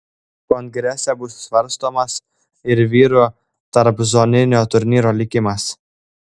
kongrese bus svarstomas ir vyrų tarpzoninio turnyro likimas